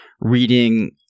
reading